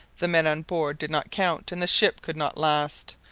the men on board did not count, and the ship could not last.